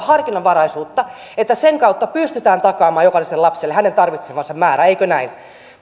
harkinnanvaraisuutta että sen kautta pystytään takaamaan jokaiselle lapselle hänen tarvitsemansa määrä eikö näin